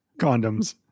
condoms